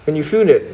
when you feel that